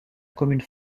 commune